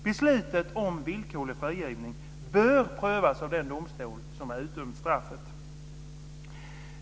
Beslutet om villkorlig frigivning bör prövas av den domstol som utdömt straffet.